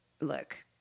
look